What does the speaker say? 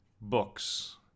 books